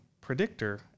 predictor